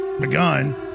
begun